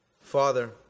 Father